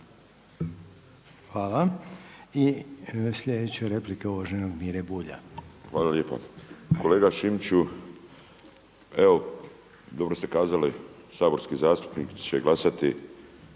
Hvala. I sljedeća replika uvaženog Mire Bulja. **Bulj, Miro (MOST)** Hvala lijepa. Kolega Šimiću, evo dobro ste kazali saborski zastupnici će glasati